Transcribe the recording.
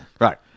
Right